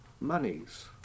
monies